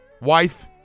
wife